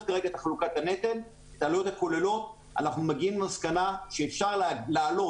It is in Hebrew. כרגע את חלוקת הנטל אנחנו מגיעים למסקנה שאפשר להעלות